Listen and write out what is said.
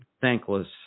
thankless